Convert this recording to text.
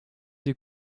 des